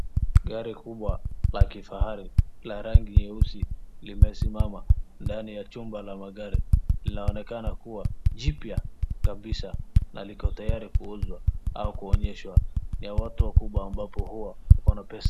Gari kubwa la kifahari la rangi nyeusi limesimama ndani ya chumba ya magari linaonekana kuwa jipya kabisaa na liko tayari kuuzwa au kuonyeshwa ni ya watu wakubwa ambao wakona pesa